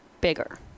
bigger